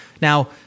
Now